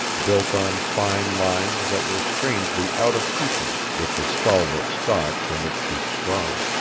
built on fine lines that were strangely out of keeping with the stalwart stock from which she sprung.